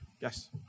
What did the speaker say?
Yes